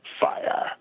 fire